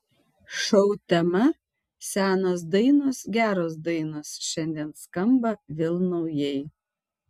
šou tema senos dainos geros dainos šiandien skamba vėl naujai